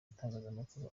itangazamakuru